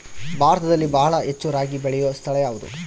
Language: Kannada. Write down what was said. ಭಾರತದಲ್ಲಿ ಬಹಳ ಹೆಚ್ಚು ರಾಗಿ ಬೆಳೆಯೋ ಸ್ಥಳ ಯಾವುದು?